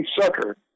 sucker